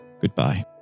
goodbye